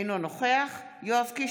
אינו נוכח יואב קיש,